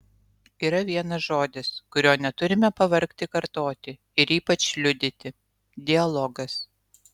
yra vienas žodis kurio neturime pavargti kartoti ir ypač liudyti dialogas